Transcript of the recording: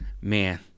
man